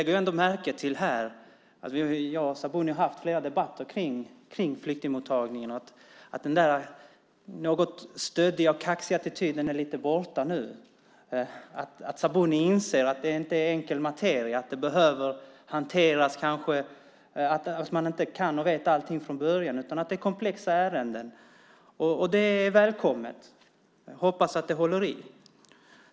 Jag och Sabuni har haft debatter om flyktingmottagningen, och jag lägger märke till att den något stöddiga och kaxiga attityden är borta nu. Sabuni inser att det inte är enkel materia och att man inte kan och vet allting från början, utan att det är komplexa ärenden. Det är välkommet. Jag hoppas att det håller i sig.